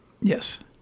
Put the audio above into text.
Yes